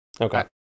Okay